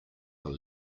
are